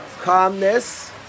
calmness